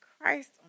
Christ